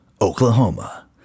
Oklahoma